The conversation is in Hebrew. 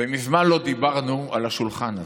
ומזמן לא דיברנו על השולחן הזה,